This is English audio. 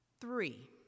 Three